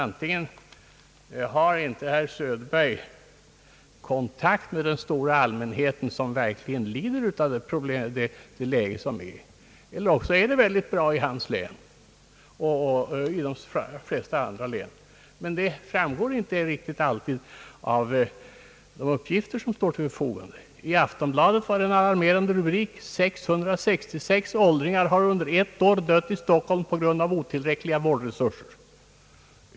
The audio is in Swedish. Antingen har inte herr Söderberg kontakt med den stora allmänheten, som verkligen lider av det rådande läget, eller också är det väldigt bra ställt i hans län och i de flesta andra län. Men något sådant framgår inte riktigt av de uppgifter som står till förfogande. I Aftonbladet fanns en alarmerande rubrik: 666 åldringar har un der ett år dött i Stockholm på grund av otillräckliga vårdresurser.